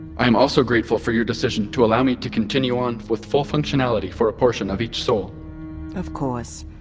i am also grateful for your decision to allow me to continue on with full functionality for a portion of each sol of course.